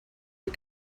you